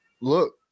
Look